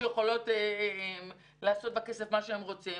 שלא יכולות לעשות בכסף מה שהן רוצות,